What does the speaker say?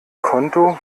konto